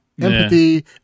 empathy